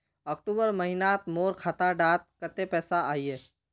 अक्टूबर महीनात मोर खाता डात कत्ते पैसा अहिये?